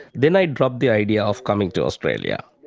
then i dropped the idea of coming to australia.